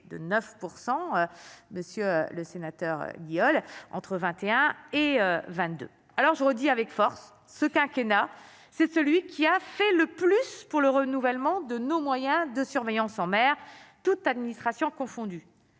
il y entre 21 et 22 alors je redis avec force ce quinquennat c'est celui qui a fait le plus pour le renouvellement de nos moyens de surveillance en mer, toutes administrations confondues